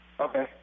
Okay